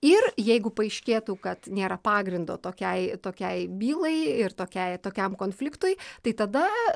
ir jeigu paaiškėtų kad nėra pagrindo tokiai tokiai bylai ir tokiai tokiam konfliktui tai tada